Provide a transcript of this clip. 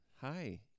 Hi